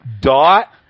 dot